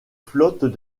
flottes